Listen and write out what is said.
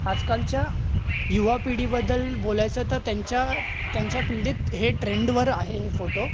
आजकालच्या युवा पिढीबद्दल बोलायचं तं त्यांच्या त्यांच्या पिढीत हे ट्रेंडवर आहे हे फोटो